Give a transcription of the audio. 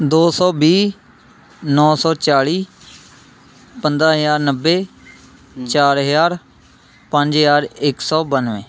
ਦੋ ਸੌ ਵੀਹ ਨੌ ਸੌ ਚਾਲ਼ੀ ਪੰਦਰਾਂ ਹਜ਼ਾਰ ਨੱਬੇ ਚਾਰ ਹਜ਼ਾਰ ਪੰਜ ਹਜ਼ਾਰ ਇੱਕ ਸੌ ਬਾਨਵੇਂ